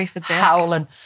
howling